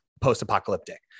post-apocalyptic